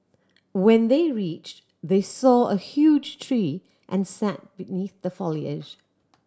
when they reached they saw a huge tree and sat beneath the foliage